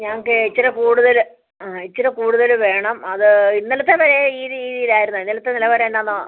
ഞങ്ങൾക്ക് ഇച്ചിരി കൂടുതൽ ആ ഇച്ചിരി കൂടുതൽ വേണം അത് ഇന്നലത്തെ വില ഈ രീതിയിൽ ആയിരുന്നു ഇന്നലത്തെ നിലവാരം എന്നാന്നോ